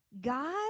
God